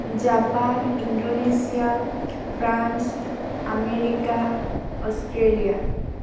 Japan Indonesia France America Australia